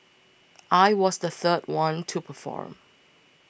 I was the third one to perform